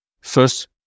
first